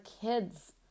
kids